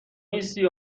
نیستی